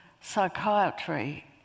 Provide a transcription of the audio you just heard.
psychiatry